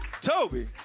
toby